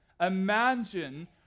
Imagine